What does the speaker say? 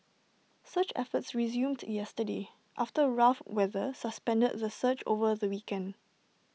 search efforts resumed yesterday after rough weather suspended the search over the weekend